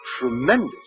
tremendous